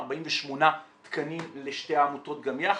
48 תקנים לשתי העמותות גם יחד,